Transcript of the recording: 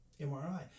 mri